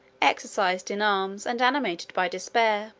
exercised in arms, and animated by despair.